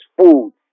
food